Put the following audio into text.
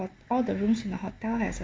all the rooms in the hotel has a